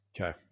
Okay